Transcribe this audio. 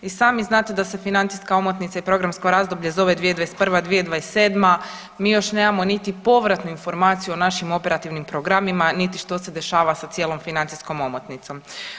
I sami znate da se financijska omotnica i programsko razdoblje zove 2021, 2027, mi još nemamo niti povratnu informaciju o našim operativnim programima niti što se dešava sa cijelom financijskom omotnicom.